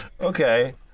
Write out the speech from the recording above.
Okay